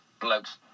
blokes